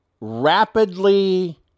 rapidly